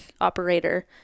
operator